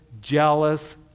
jealous